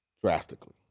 Drastically